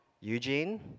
Eugene